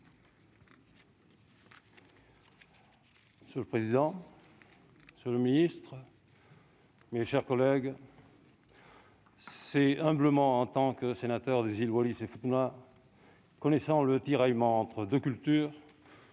Monsieur le président, monsieur le ministre, mes chers collègues, c'est humblement, en tant que sénateur des îles Wallis et Futuna, connaissant à ce titre le tiraillement entre deux cultures,